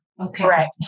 Correct